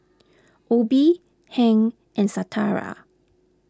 Obie Hank and Shatara